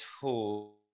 tool